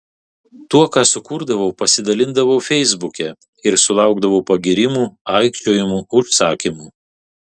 tuo ką sukurdavau pasidalindavau feisbuke ir sulaukdavau pagyrimų aikčiojimų užsakymų